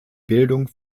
bildung